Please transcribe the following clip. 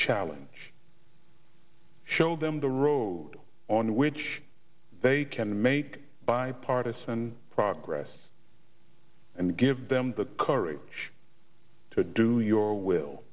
challenge show them the road on which they can make bipartisan progress and give them the courage to do your will